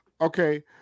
Okay